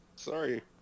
Sorry